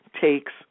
takes